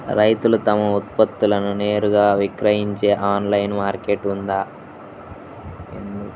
రైతులు తమ ఉత్పత్తులను నేరుగా విక్రయించే ఆన్లైను మార్కెట్ ఉందా?